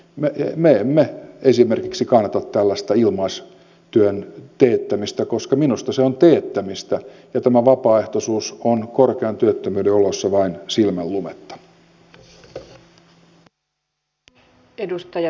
me emme esimerkiksi kannata tällaista ilmaistyön teettämistä koska minusta se on teettämistä ja tämä vapaaehtoisuus on korkean työttömyyden oloissa vain silmänlumetta